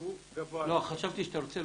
הוא גבוה יותר.